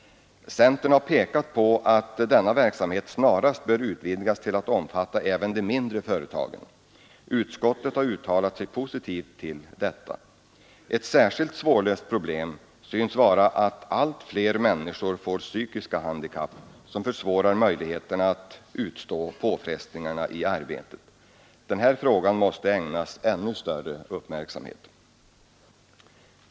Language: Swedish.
Centern har pekat på att denna verksamhet snarast bör utvidgas till att omfatta även de mindre företagen. Utskottet har uttalat sig positivt om detta. Ett särskilt svårlöst problem synes vara att allt fler människor får psykiska handikapp som försvårar för dem att utstå påfrestningarna i arbetet. Den här frågan måste ägnas ännu större uppmärksamhet.